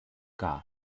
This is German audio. gas